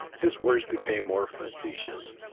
his words became more facetious.